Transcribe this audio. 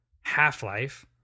half-life